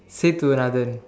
said to Nathan